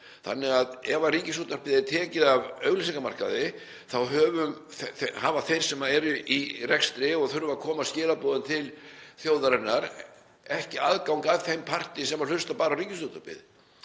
stöðvar. Ef Ríkisútvarpið er tekið af auglýsingamarkaði þá hafa þeir sem eru í rekstri og þurfa að koma skilaboðum til þjóðarinnar ekki aðgang að þeim parti sem hlustar bara á Ríkisútvarpið.